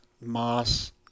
moss